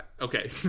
okay